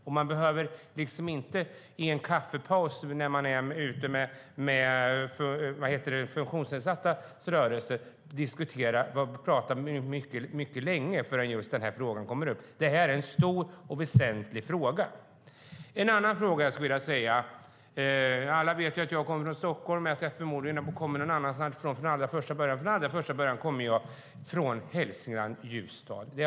Är man ute på kaffepaus med företrädare för funktionsnedsattas rörelser behöver man inte prata länge förrän den här frågan kommer upp. Det är en stor och väsentlig fråga. Den andra frågan är regionalpolitisk. Alla vet att jag kommer från Stockholm, men från allra första början kommer jag från Ljusdal i Hälsingland.